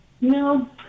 No